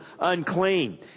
unclean